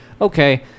okay